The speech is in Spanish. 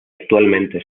actualmente